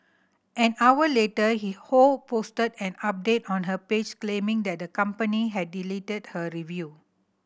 an hour later he Ho posted an update on her page claiming that the company had deleted her review